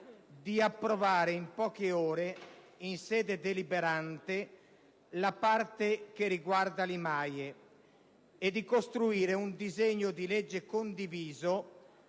di approvare in poche ore, in sede deliberante, la parte riguardante l'IMAIE e di costruire un disegno di legge condiviso,